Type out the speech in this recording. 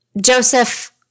Joseph